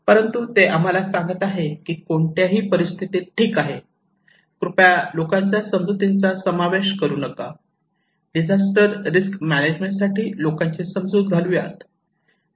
परंतु ते आम्हाला सांगत आहेत की कोणत्याही परिस्थितीत ठीक आहे कृपया लोकांच्या समजुतींचा समावेश करू नका डिझास्टर रिस्क मॅनेजमेंट साठी लोकांची समजूत घालू